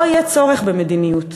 לא יהיה צורך במדיניות.